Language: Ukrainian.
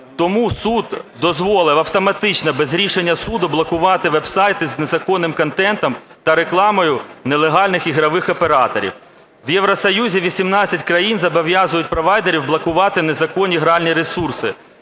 Тому суд дозволив автоматично без рішення суду блокувати веб-сайти з незаконним контентом та рекламою нелегальних ігрових операторів. В Євросоюзі 18 країн зобов'язують провайдерів блокувати незаконні гральні ресурси.